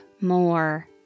more